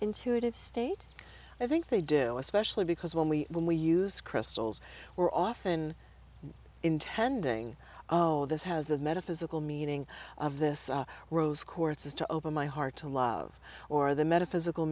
intuitive state i think they do especially because when we when we use crystals we're often intending this has the metaphysical meaning of this rose courses to open my heart to love or the metaphysical